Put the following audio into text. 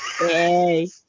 yay